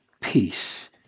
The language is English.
peace